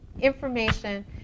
information